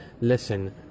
listen